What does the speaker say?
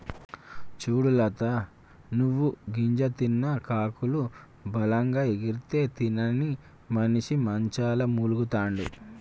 సూడు లత నువ్వు గింజ తిన్న కాకులు బలంగా ఎగిరితే తినని మనిసి మంచంల మూల్గతండాడు